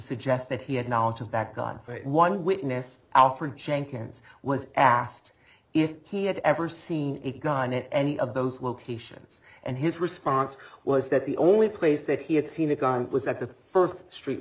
suggest that he had knowledge of that god one witness alfred jenkins was asked if he had ever seen a gun in any of those locations and his response was that the only place that he had seen a gun was at the third street